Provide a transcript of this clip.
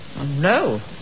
no